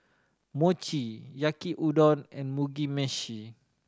Mochi Yaki Udon and Mugi Meshi